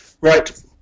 Right